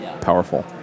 powerful